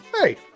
Hey